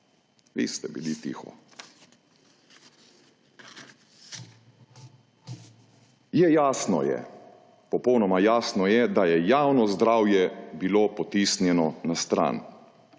Vi ste bili tiho. Popolnoma jasno je, da je javno zdravje bilo potisnjeno na stran